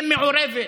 תהיה מעורבת